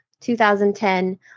2010